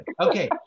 Okay